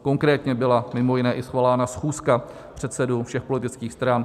Konkrétně byla mimo jiné svolána i schůzka předsedů všech politických stran.